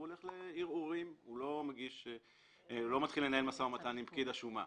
הוא הולך לערעורים ולא מתחיל לנהל משא ומתן עם פקיד השומה.